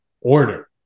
order